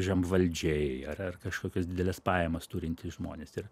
žemvaldžiai ar ar kažkokias dideles pajamas turintys žmonės ir